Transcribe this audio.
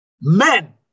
men